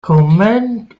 komenciĝis